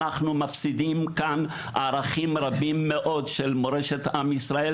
אנחנו מפסידים כאן ערכים רבים מאוד של מורשת עם ישראל,